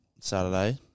Saturday